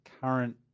current